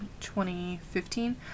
2015